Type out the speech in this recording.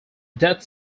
death